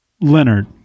Leonard